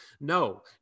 No